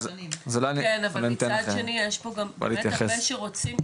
כן אבל מצד שני יש כאלה שרוצים.